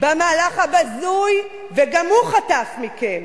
במהלך הבזוי, וגם הוא חטף מכם.